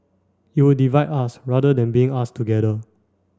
it would divide us rather than bring us together